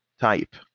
type